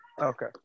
Okay